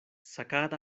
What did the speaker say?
sacad